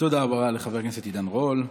תודה רבה לחבר הכנסת עידן רול.